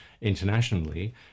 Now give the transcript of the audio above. internationally